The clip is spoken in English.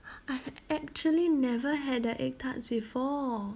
I've actually never had their egg tarts before